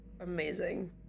Amazing